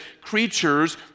creatures